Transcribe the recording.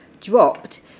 dropped